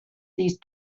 these